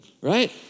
right